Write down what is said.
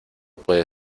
puede